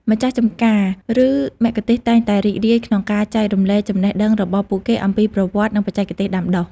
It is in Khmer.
ម្ចាស់ចម្ការ ឬមគ្គទេសក៍តែងតែរីករាយក្នុងការចែករំលែកចំណេះដឹងរបស់ពួកគេអំពីប្រវត្តិ និងបច្ចេកទេសដាំដុះ ។